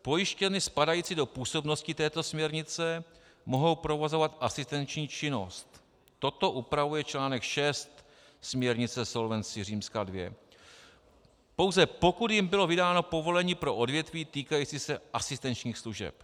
Pojišťovny spadající do působnosti této směrnice mohou provozovat asistenční činnosti toto upravuje článek 6 směrnice Solvency II , pouze pokud jim bylo vydáno povolení pro odvětví týkající se asistenčních služeb.